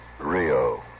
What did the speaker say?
Rio